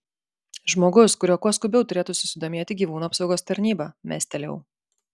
žmogus kuriuo kuo skubiau turėtų susidomėti gyvūnų apsaugos tarnyba mestelėjau